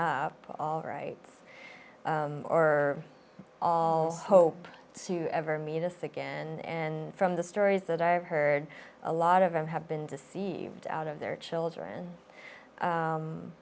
up all rights or all hope to ever meet a stick and from the stories that i've heard a lot of them have been deceived out of their children